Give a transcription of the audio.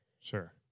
sure